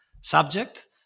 subject